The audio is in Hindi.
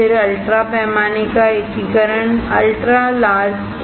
फिर अल्ट्रा पैमाने का एकीकरण है